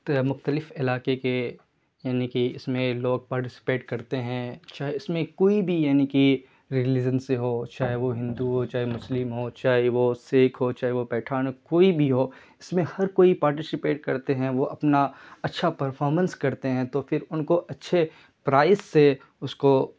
مختلف علاقے کے یعنی کہ اس میں لوگ پارٹیسپیٹ کرتے ہیں چاہے اس میں کوئی بھی یعنی کہ ریلیزن سے ہو چاہے وہ ہندو ہو چاہے مسلم ہو چاہے وہ سکھ ہو چاہے وہ پٹھان ہو کوئی بھی ہو اس میں ہر کوئی پارٹیشپیٹ کرتے ہیں وہ اپنا اچھا پرفارمنس کرتے ہیں تو پھر ان کو اچھے پرائس سے اس کو